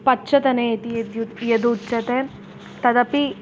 पच्चतने इति यद्यु यदुच्यते तदपि